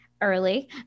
early